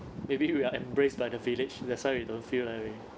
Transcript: maybe we are embraced by the village that's why we don't feel that way